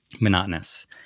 monotonous